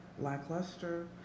lackluster